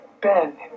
Ben